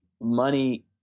money